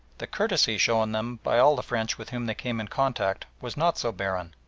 the courtesy shown them by all the french with whom they came in contact was not so barren.